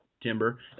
Timber